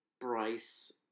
Bryce